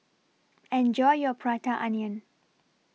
Enjoy your Prata Onion